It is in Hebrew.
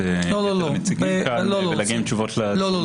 הנציגים כאן ולהגיע עם תשובות -- לא,